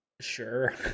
Sure